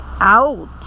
out